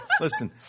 Listen